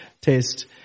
taste